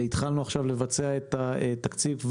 התחלנו עכשיו לבצע את התקציב.